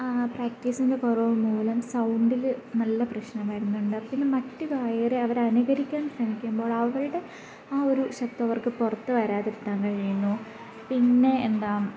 പ്രാക്റ്റീസിൻ്റെ കുറവ് മൂലം സൗണ്ടിൽ നല്ല പ്രശ്നം വരുന്നുണ്ട് പിന്നെ മറ്റു ഗായകരെ അവർ അനുകരിക്കാൻ ശ്രമിക്കുമ്പോൾ അവരുടെ ആ ഒരു ശബ്ദം അവർക്ക് പുറത്ത് വരാതിരുത്താൻ കഴിയുന്നു പിന്നെ എന്താ